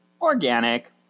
organic